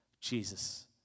Jesus